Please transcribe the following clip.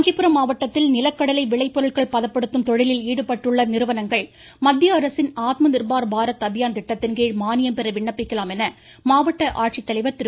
காஞ்சிபுரம் மாவட்டத்தில் நிலக்கடலை விளைபொருட்கள் பதப்படுத்தும் தொழிலில் ஈடுபட்டுள்ள நிறுவனங்கள் மத்திய அரசின் ஆத்ம நிர்பார் பாரத் அபியான் திட்டத்தின் கீழ் மானியம் பெற விண்ணப்பிக்கலாம் என மாவட்ட ஆட்சித்தலைவா் திரு